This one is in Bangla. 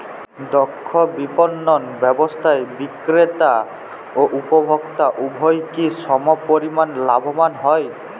দক্ষ বিপণন ব্যবস্থায় বিক্রেতা ও উপভোক্ত উভয়ই কি সমপরিমাণ লাভবান হয়?